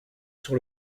sur